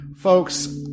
Folks